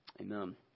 Amen